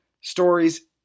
stories